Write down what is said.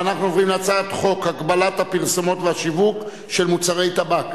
חבר הכנסת כבל,